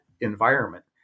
environment